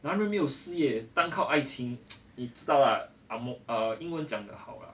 男人没有事业单靠爱情 你知道啊 angmoh err 英文讲的好啊